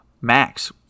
Max